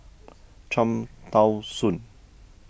Cham Tao Soon